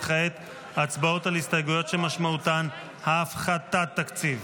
וכעת הצבעות על הסתייגויות שמשמעותן הפחתת תקציב.